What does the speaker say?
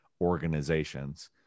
organizations